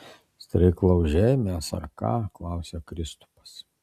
streiklaužiai mes ar ką klausia kristupas